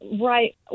right